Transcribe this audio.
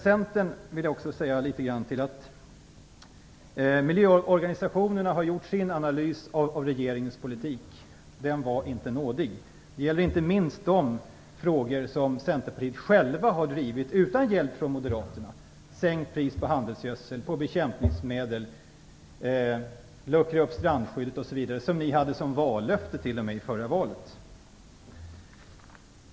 Jag vill också säga litet grand till Centern. Miljöorganisationerna har gjort sin analys av regeringens politik. Den var inte nådig. Det gäller inte minst de frågor som Centerpartiet självt har drivit, utan hjälp från Moderaterna: sänkt pris på handelsgödsel, på bekämpningsmedel, uppluckring av strandskyddet osv., som ni t.o.m. hade som vallöfte i förra valet.